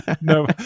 No